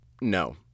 no